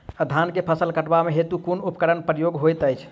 धान केँ फसल कटवा केँ हेतु कुन उपकरणक प्रयोग होइत अछि?